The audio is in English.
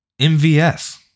MVS